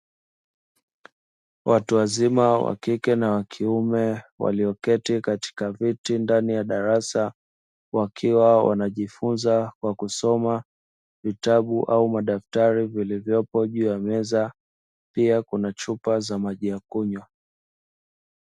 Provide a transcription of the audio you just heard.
Watu wa zima wakike na wakiume walioketi katika viti ndani ya darasa, wakiwa wanajifunza kwa kusoma vitabu au madaftari vilivyopo juu ya meza pia kuna chupa za maji ya kunywa.